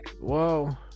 Whoa